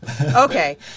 Okay